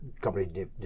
Company